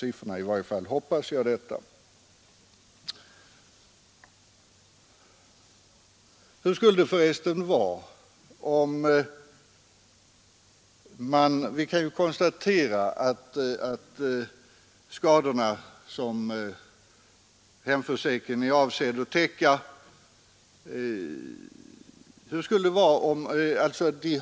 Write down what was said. I varje fall hoppas jag det. Vi kan konstatera att skadorna som hemförsäkringen är avsedd att täcka har ökat.